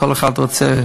בבקשה,